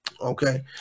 Okay